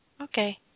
okay